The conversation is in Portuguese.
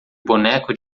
boneco